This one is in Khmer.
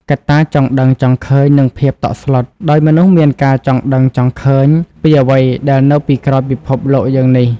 កត្តាចង់ដឹងចង់ឃើញនិងភាពតក់ស្លុត ដោយមនុស្សមានការចង់ដឹងចង់ឃើញពីអ្វីដែលនៅពីក្រោយពិភពលោកយើងនេះ។